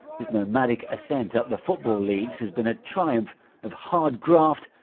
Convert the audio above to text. his nomadic ascent up the football leagues has been a triumph of hard graft,